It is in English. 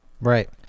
Right